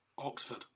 Oxford